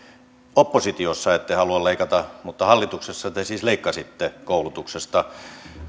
oppositiossa ette halua leikata mutta hallituksessa te siis leikkasitte koulutuksesta